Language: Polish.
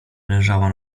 leżała